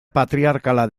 patriarkala